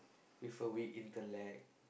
with a weak intellect